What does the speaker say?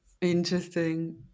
Interesting